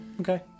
Okay